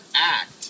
act